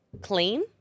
clean